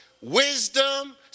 wisdom